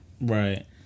Right